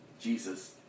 Jesus